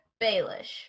Baelish